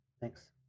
Thanks